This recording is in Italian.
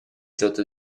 sotto